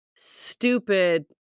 stupid